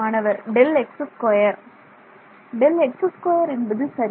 மாணவர் Δx2 Δx2 என்பது சரி